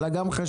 אלא גם חשמל.